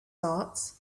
thoughts